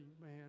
man